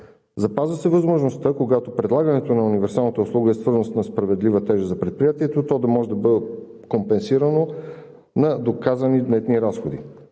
Запазва се възможността, когато предлагането на универсалната услуга е свързано с несправедлива тежест за предприятието, то да може да бъде компенсирано на доказани нетни разходи.